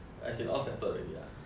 as in all settled already ah